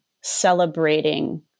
celebrating